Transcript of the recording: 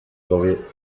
soviet